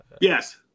Yes